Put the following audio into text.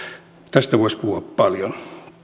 tästä voisi puhua paljon